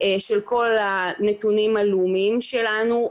של הניתוח שלו,